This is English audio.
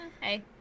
Hey